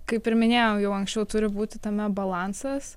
kaip ir minėjau jau anksčiau turi būti tame balansas